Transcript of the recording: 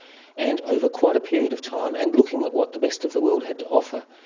and over quite a period of time and looking at what the best of the world had to offer,